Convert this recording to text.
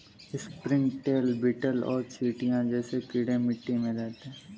springtail, beetle और चींटियां जैसे कीड़े मिट्टी में रहते हैं